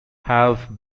have